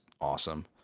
awesome